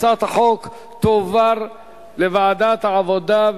הצעת החוק תועבר לוועדת העבודה,